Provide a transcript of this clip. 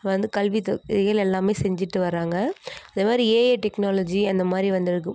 வந்து கல்வி தொ கொள்கைகள் எல்லாமே செஞ்சுட்டு வராங்க அதேமாதிரி ஏஐ டெக்னாலஜி அந்தமாதிரி வந்திருக்கு